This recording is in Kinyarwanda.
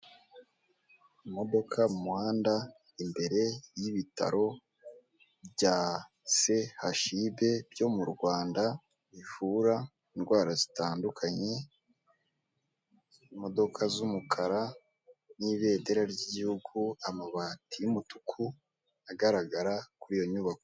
Imodoka mu muhanda imbere y'ibitaro bya CHUB byo mu Rwanda bivura indwara zitandukanye, imodoka z'umukara n'ibendera ry'igihugu, amabati y'umutuku agaragara kuri iyo nyubako.